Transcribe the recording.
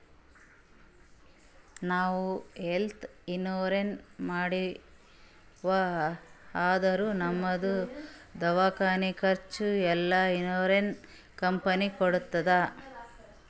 ನಾವ್ health insurance ಮಾಡ್ಸಿವ್ ಅಂದುರ್ ನಮ್ದು ದವ್ಕಾನಿ ಖರ್ಚ್ ಎಲ್ಲಾ ಇನ್ಸೂರೆನ್ಸ್ ಕಂಪನಿ ಕೊಡ್ತುದ್